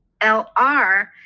lr